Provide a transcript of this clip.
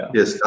Yes